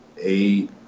eight